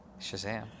Shazam